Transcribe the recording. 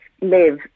live